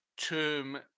term